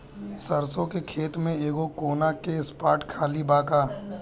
सरसों के खेत में एगो कोना के स्पॉट खाली बा का?